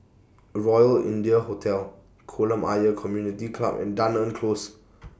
Royal India Hotel Kolam Ayer Community Club and Dunearn Close